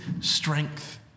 strength